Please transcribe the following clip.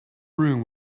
room